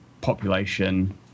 population